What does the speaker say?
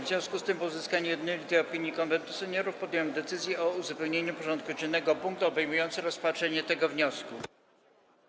W związku z tym, po uzyskaniu jednolitej opinii Konwentu Seniorów, podjąłem decyzję o uzupełnieniu porządku dziennego o punkt obejmujący rozpatrzenie tego wniosku.